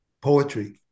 poetry